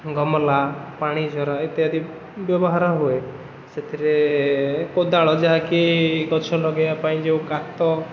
ଗମଲା ପାଣିଝରା ଇତ୍ୟାଦି ବ୍ୟବହାର ହୁଏ ସେଥିରେ କୋଦାଳ ଯାହାକି ଗଛ ଲଗାଇବା ପାଇଁ ଯେଉଁ ଗାତ